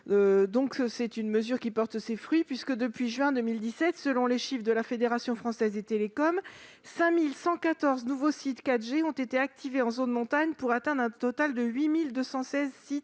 Cette mesure a porté ses fruits, puisque, depuis le mois de juin 2017, selon les chiffres de la Fédération française des Télécoms, 5 114 nouveaux sites 4G ont été activés en zone montagne, pour atteindre un total de 8 216 sites.